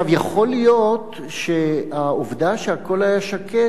יכול להיות שהעובדה שהכול היה שקט